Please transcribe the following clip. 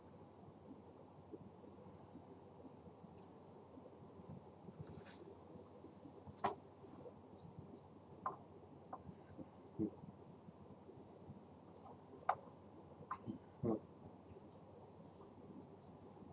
mm mm